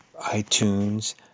iTunes